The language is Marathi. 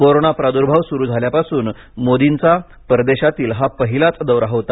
कोरोना प्रादुर्भाव सुरू झाल्यापासून मोर्दीचा परदेशातील हा पहिलाच दौरा होता